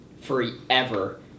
forever